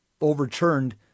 overturned